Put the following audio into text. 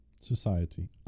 Society